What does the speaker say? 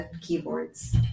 keyboards